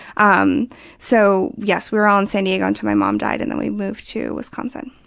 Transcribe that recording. um so, yes, we were all in san diego until my mom died and then we moved to wisconsin.